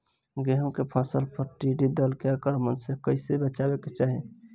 गेहुँ के फसल पर टिड्डी दल के आक्रमण से कईसे बचावे के चाही?